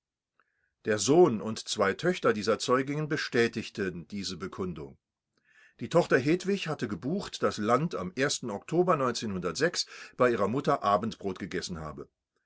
der sohn und zwei töchter dieser zeugin bestätigten diese bekundung die tochter hedwig hatte gebucht daß land am oktober bei ihrer mutter abendbrot gegessen habe